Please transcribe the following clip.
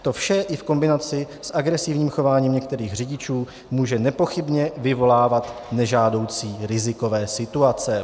To vše i v kombinaci s agresivním chováním některých řidičů může nepochybně vyvolávat nežádoucí rizikové situace.